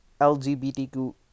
LGBTQ